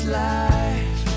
life